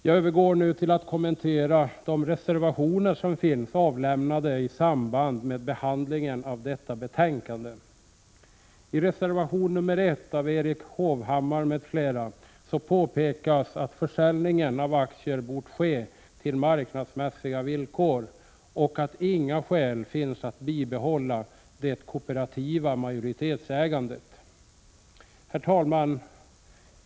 Jag övergår nu till att kommentera de reservationer som finns avlämnade i samband med behandlingen av detta ärende. I reservation nr 1 av Erik Hovhammar m.fl. påpekas att försäljningen av aktier hade bort ske till marknadsmässiga villkor och att inga skäl finns att bibehålla det kooperativa majoritetsägandet. Herr talman!